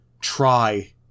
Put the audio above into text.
try